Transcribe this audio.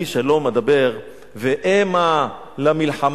אני שלום אדבר והמה למלחמה,